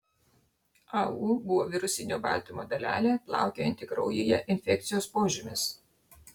au buvo virusinio baltymo dalelė plaukiojanti kraujyje infekcijos požymis